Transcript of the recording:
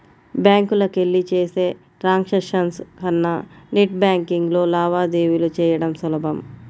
బ్యాంకులకెళ్ళి చేసే ట్రాన్సాక్షన్స్ కన్నా నెట్ బ్యేన్కింగ్లో లావాదేవీలు చెయ్యడం సులభం